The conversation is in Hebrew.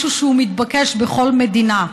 משהו שהוא מתבקש בכל מדינה.